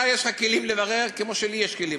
אתה יש לך כלים לברר כמו שלי יש כלים.